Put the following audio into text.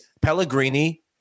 Pellegrini